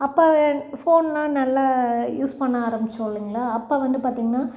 அப்போ ஃபோன்லாம் நல்லா யூஸ் பண்ண ஆரம்மிச்சோம் இல்லைங்களா அப்போ வந்து பார்த்திங்கன்னா